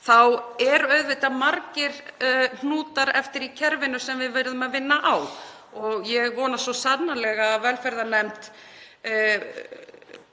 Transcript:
þá eru auðvitað margir hnútar eftir í kerfinu sem við verðum að vinna á. Ég vona svo sannarlega að velferðarnefnd